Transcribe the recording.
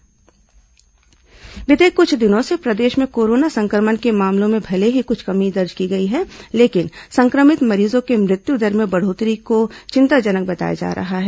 corona समाचार जागरूकता बीते कुछ दिनों से प्रदेश में कोरोना संक्रमण के मामलों में भले ही कुछ कमी दर्ज की गई है लेकिन संक्रमित मरीजों की मृत्यु दर में बढ़ोतरी को चिंताजनक बताया जा रहा है